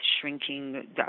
shrinking